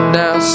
now